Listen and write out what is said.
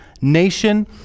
nation